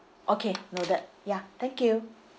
okay noted ya thank you